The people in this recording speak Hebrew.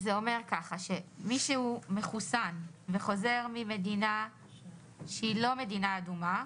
זה אומר שמי שהוא מחוסן וחוזר ממדינה שהיא לא מדינה אדומה,